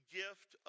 gift